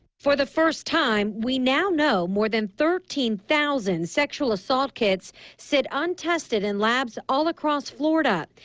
for the first time we now know more than thirteen thousand sexual assault kits sit untested in labs all across florida.